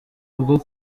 bwo